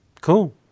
Cool